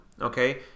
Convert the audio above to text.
okay